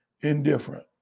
Indifferent